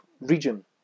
region